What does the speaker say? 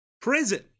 prison